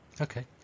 Okay